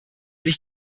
sich